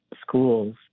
schools